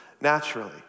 naturally